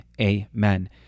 amen